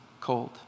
cold